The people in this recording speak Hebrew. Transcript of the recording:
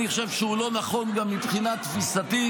אני חושב שהוא לא נכון גם מבחינת תפיסתית,